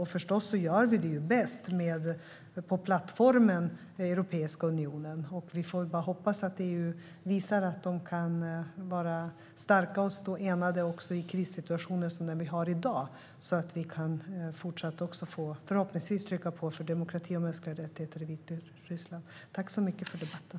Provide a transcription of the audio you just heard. Vi gör det förstås bäst på plattformen Europeiska unionen. Vi får bara hoppas att EU visar att man kan vara stark och stå enad i krissituationer som den vi har i dag, så att vi fortsatt förhoppningsvis kan trycka på för demokrati och mänskliga rättigheter i Vitryssland. Jag tackar för debatten.